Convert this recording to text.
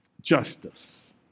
justice